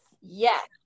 Yes